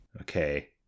Okay